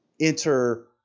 enter